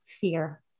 Fear